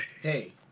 Hey